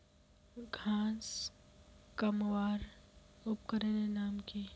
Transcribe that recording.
घांस कमवार उपकरनेर नाम की?